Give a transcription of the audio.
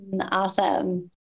Awesome